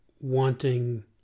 wanting